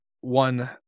one